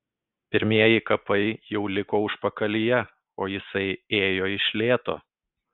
pirmieji kapai jau liko užpakalyje o jisai ėjo iš lėto